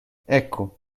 ecco